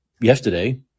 yesterday